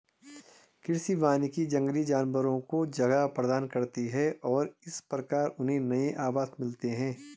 कृषि वानिकी जंगली जानवरों को जगह प्रदान करती है और इस प्रकार उन्हें नए आवास मिलते हैं